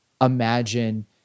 imagine